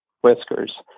whiskers